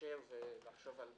לגשר ולחשוב על מודל.